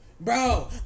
Bro